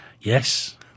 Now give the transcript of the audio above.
yes